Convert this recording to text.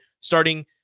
starting